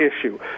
issue